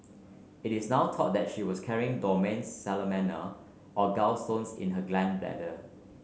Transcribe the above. it is now thought that she was carrying dormant salmonella on gallstones in her gall bladder